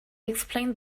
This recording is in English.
explained